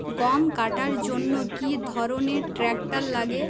গম কাটার জন্য কি ধরনের ট্রাক্টার লাগে?